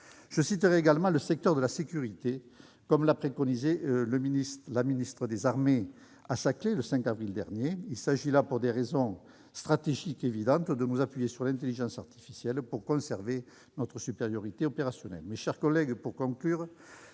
Je citerai également le secteur de la sécurité, comme l'a préconisé la ministre des armées à Saclay le 5 avril dernier. Il s'agit là, pour des raisons stratégiques évidentes, de nous appuyer sur l'intelligence artificielle pour conserver notre supériorité opérationnelle. Dans le monde numérique